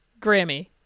Grammy